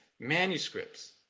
Manuscripts